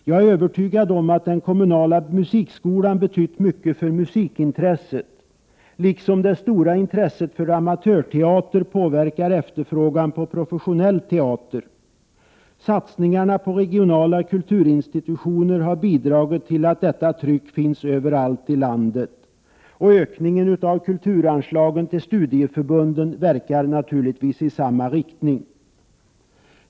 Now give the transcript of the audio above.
Jag är övertygad om att den kommunala musikskolan betytt mycket för musikintresset, liksom det stora intresset för amatörteater påverkar efterfrågan på professionell teater. Satsningarna på regionala kulturinstitutioner har bidragit till att detta tryck finns överallt i landet. Ökningen av kulturanslagen till studieförbunden verkar naturligtvis i samma riktning.